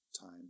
time